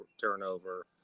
turnover